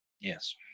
Yes